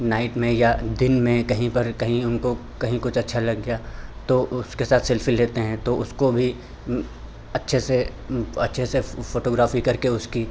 night में या दिन में कहीं पर कहीं उनको कहीं कुछ अच्छा लग गया तो उसके साथ सेल्फ़ी लेते हैं तो उसको भी अच्छे से अच्छे से फ़ोटोग्राफ़ी करके उसकी